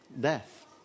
death